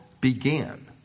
began